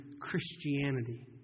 Christianity